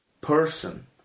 person